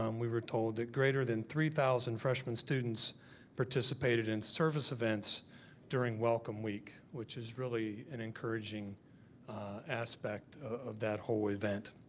um we were told that great than three thousand freshmen students participated in service events during welcome week, which is really an encouraging aspect of that whole event.